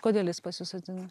kodėl jis pasisodino